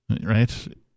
Right